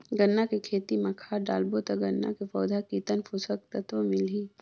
गन्ना के खेती मां खाद डालबो ता गन्ना के पौधा कितन पोषक तत्व मिलही?